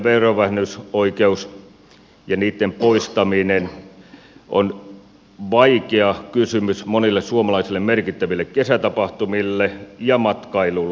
edustuskulujen verovähennysoikeuden poistaminen on vaikea kysymys monille suomalaisille merkittäville kesätapahtumille ja matkailulle